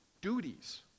duties